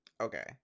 okay